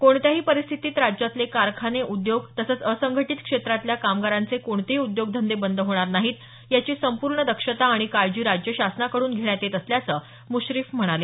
कोणत्याही परिस्थितीत राज्यातले कारखाने उद्योग तसंच असंघटीत क्षेत्रातल्या कामगारांचे कोणतेही उद्योगधंदे बंद होणार नाहीत याची संपूर्ण दक्षता आणि काळजी राज्य शासनाकडून घेण्यात येत असल्याचं म्श्रीफ म्हणाले